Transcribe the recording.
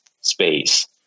space